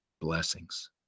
blessings